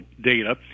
data